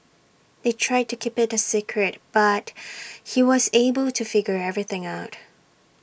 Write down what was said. they tried to keep IT A secret but he was able to figure everything out